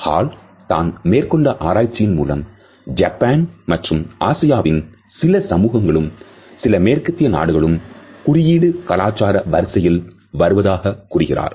hall தான் மேற்கொண்ட ஆராய்ச்சியின் மூலம் ஜப்பான் மற்றும் ஆசியாவின் சில சமூகங்களும் சில மேற்கத்திய நாடுகளும் குறியீடு கலாச்சார வரிசையில் வருவதாக கூறுகிறார்